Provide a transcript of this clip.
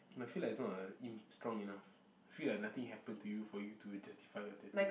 I feel like it's not ah strong enough I feel like nothing happen to you for you to justify your tattoo